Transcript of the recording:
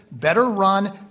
better-run,